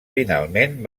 finalment